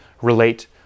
relate